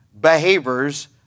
behaviors